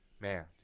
man